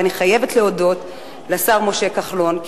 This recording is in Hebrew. ואני חייבת להודות לשר משה כחלון,